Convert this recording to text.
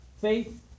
faith